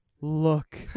look